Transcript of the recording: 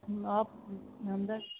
آپ نمبر